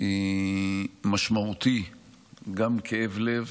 משמעותי גם כאב לב